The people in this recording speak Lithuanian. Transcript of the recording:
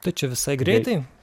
tai čia visai greitai